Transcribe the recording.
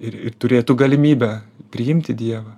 ir ir turėtų galimybę priimti dievą